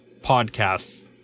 podcasts